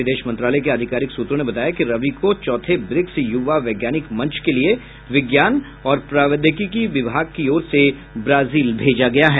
विदेश मंत्रालय के आधिकारिक सूत्रों ने बताया कि रवि को चौथे ब्रिक्स युवा वैज्ञानिक मंच के लिए विज्ञान और प्रावैधिकी विभाग की ओर से ब्राजील भेजा गया है